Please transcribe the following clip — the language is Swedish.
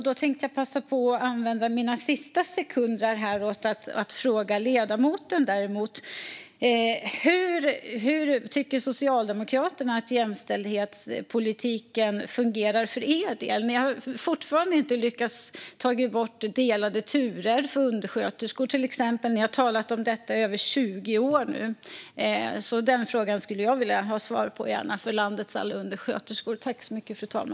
Jag passar därför på att använda mina sista sekunder till att ställa en fråga till ledamoten. Hur tycker Socialdemokraterna att jämställdhetspolitiken fungerar för er del? Ni har fortfarande inte lyckats ta bort delade turer för till exempel undersköterskor. Ni har talat om det i över 20 år nu. Det skulle jag vilja ha svar på, för landets alla undersköterskors skull.